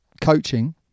coaching